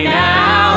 now